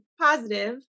positive